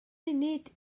munud